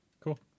Cool